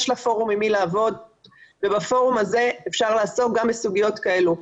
יש לה פורום עם מי לעבוד ובפורום הזה אפשר לעסוק גם בסוגיות כאלו.